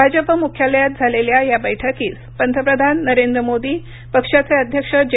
भाजप मुख्यालयात झालेल्या या बैठकीस पंतप्रधान नरेंद्र मोदी पक्षाचे अध्यक्ष जे